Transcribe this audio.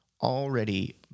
already